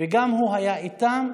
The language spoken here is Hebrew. וגם הוא היה איתם,